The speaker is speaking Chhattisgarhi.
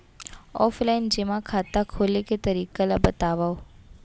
ऑफलाइन जेमा खाता खोले के तरीका ल बतावव?